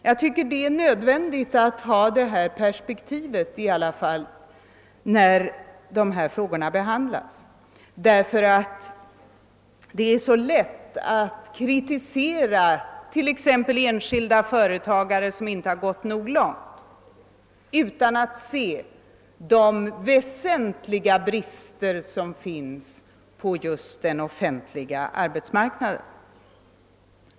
Jag tycker i alla fall att det är nödvändigt med detta perspektiv när de här frågorna behandlas, ty det är så lätt att kritisera t.ex. enskilda företagare som inte har gått nog långt, samtidigt som man inte ser de väsentliga bristerna på just den offentliga arbetsmarknaden.